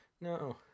No